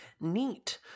Neat